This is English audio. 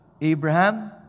Abraham